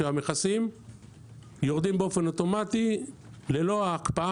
שהמכסים יורדים באופן אוטומטי ללא ההקפאה,